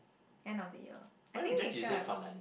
end of the year I think next year I will